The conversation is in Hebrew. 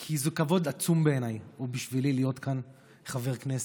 כי זה כבוד עצום בעיניי ובשבילי להיות כאן כחבר כנסת,